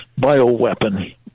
bioweapon